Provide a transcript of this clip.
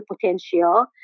potential